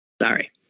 Sorry